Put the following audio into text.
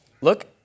look